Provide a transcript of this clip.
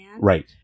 right